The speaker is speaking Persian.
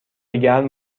گرم